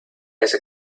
ese